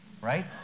right